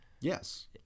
Yes